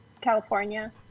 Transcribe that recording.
California